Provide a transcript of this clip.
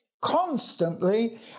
constantly